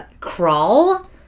Crawl